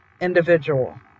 individual